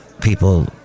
People